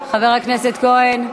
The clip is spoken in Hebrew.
חבר הכנסת כהן,